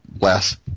less